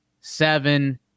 seven